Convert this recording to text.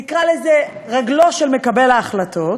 נקרא לזה רגלו של מקבל ההחלטות,